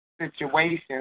situation